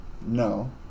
No